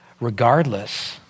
regardless